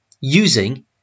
using